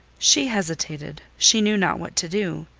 she hesitated she knew not what to do.